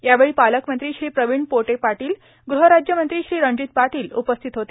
यावेळी पालकमंत्री श्री प्रवीण पोटे पाटील गृहराज्यमंत्री श्री रणजित पाटील उपस्थित होते